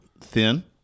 thin